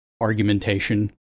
argumentation